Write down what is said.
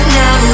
now